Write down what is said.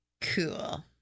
Cool